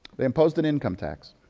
they imposed an income tax.